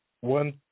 one